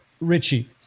Richie